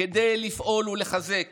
כדי לפעול ולחזק